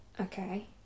Okay